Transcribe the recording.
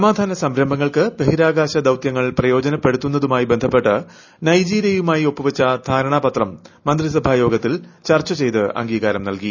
സമാധാന സംരംഭങ്ങൾക്ക് ബഹിരാകാശ ദൌത്യങ്ങൾ പ്രയോജനപ്പെടുത്തുന്നതുമായി ബന്ധപ്പെട്ട് നൈജീരിയയുമായി ഒപ്പുവച്ച ധാരണ പത്രത്തെക്കുറിച്ചും മന്ത്രിസഭായോഗത്തിൽ ചർച്ച ചെയ്ത് അംഗീകാരം നൽകി